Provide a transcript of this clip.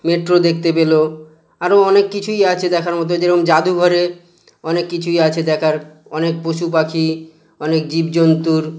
metro দেখতে পেলো আরো অনেক কিছুই আছে দেখার মতো যেরম জাদুঘরে অনেক কিছুই আছে দেখার অনেক পশু পাখি অনেক জীব জন্তুর